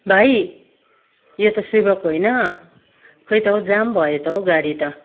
भाइ यो त सेभोक होइन खोइ त हौ जाम भयो त हौ गाडी त